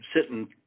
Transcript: sitting